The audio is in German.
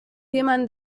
jemanden